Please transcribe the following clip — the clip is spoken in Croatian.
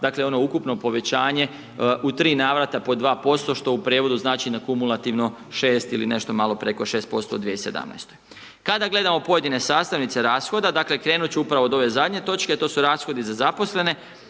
dakle ono ukupno povećanje u 3 navrata po 2% što u prijevodu znači na kumulativno 6 ili nešto malo preko 6% u 2017. Kada gledamo pojedine sastavnice rashoda, dakle krenut ću upravo od ove zadnje točke to su rashodi za zaposlene